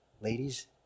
Ladies